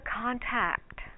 contact